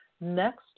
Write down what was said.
next